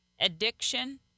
addiction